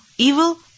Evil